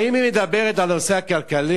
האם היא מדברת על הנושא הכלכלי-החברתי?